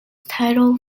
titled